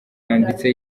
yanditse